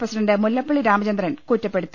president Mullappally Ramachandran കുറ്റപ്പെടുത്തി